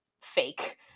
fake